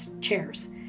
chairs